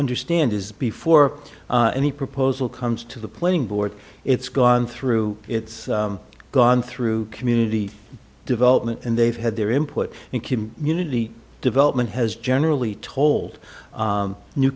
understand is before any proposal comes to the playing board it's gone through it's gone through community development and they've had their input and community development has generally told